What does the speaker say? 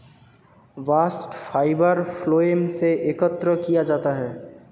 bast fibre phloem से एकत्र किया जाता है